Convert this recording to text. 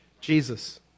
Jesus